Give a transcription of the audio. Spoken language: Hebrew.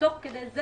תוך כדי זה